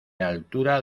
altura